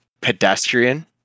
pedestrian